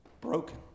broken